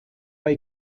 bei